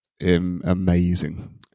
amazing